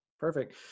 Perfect